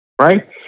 right